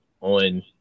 on